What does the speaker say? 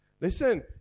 Listen